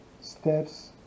steps